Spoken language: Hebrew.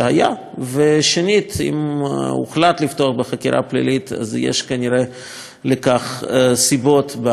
2. אם הוחלט לפתוח בחקירה פלילית אז כנראה יש לכך סיבות בנסיבות העניין.